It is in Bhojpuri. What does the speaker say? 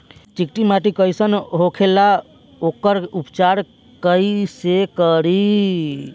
चिकटि माटी कई सन होखे ला वोकर उपचार कई से करी?